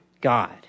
God